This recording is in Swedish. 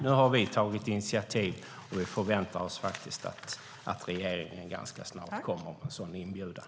Nu har vi tagit initiativ, och vi förväntar oss att regeringen ganska snart kommer med en sådan inbjudan.